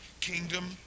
kingdom